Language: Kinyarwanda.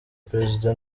perezida